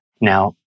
Now